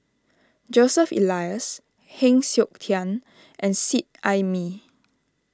Joseph Elias Heng Siok Tian and Seet Ai Mee